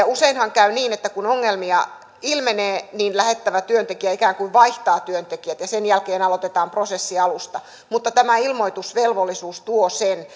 useinhan käy niin että kun ongelmia ilmenee niin lähettävä yritys ikään kuin vaihtaa työntekijät ja sen jälkeen aloitetaan prosessi alusta mutta tämä ilmoitusvelvollisuus tuo sen